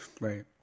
Right